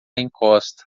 encosta